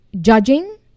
judging